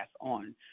on